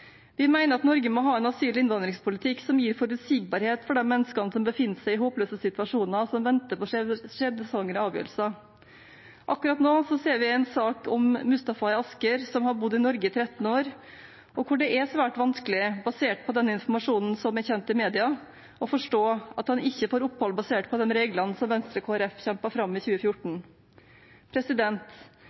Vi mener at Norge må ha en asyl- og innvandringspolitikk som gir forutsigbarhet for de menneskene som befinner seg i en håpløs situasjon, og som venter på en skjebnesvanger avgjørelse. Akkurat nå ser vi en sak om Mustafa i Asker som har bodd i Norge i 13 år, og der det er svært vanskelig – basert på den informasjon som er kjent i media – å forstå at han ikke får opphold basert på de reglene som Venstre og Kristelig Folkeparti kjempet fram i 2014.